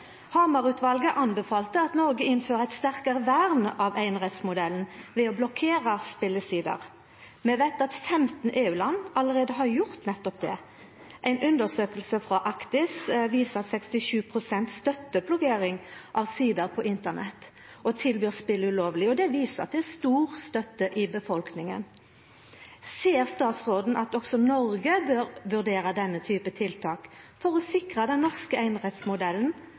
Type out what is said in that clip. anbefalte at Noreg innfører eit sterkare vern av einerettsmodellen ved å blokkera spelesider. Vi veit at 15 EU-land allereie har gjort nettopp det. Ei undersøking frå Actis viser at 67 pst. støtter blokkering av sider på Internett som tilbyr spel ulovleg, og det viser at det er stor støtte i befolkninga. Ser statsråden at også Noreg bør vurdera denne typen tiltak for å sikra den norske